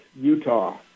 Utah